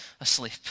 asleep